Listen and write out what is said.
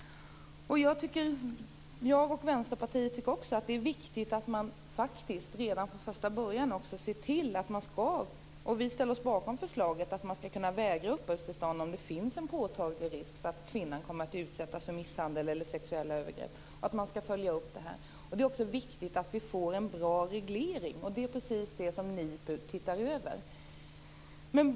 Jag och övriga i Vänsterpartiet tycker också att det är viktigt att redan från första början - vi ställer oss bakom förslaget om att uppehållstillstånd skall kunna vägras om det finns en påtaglig risk för att kvinnan utsätts för misshandel eller sexuella övergrepp - se till att detta följs upp. Vidare är det viktigt att vi får en bra reglering. Just den saken ser NIPU över.